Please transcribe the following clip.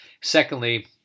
Secondly